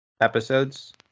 episodes